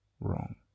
wrong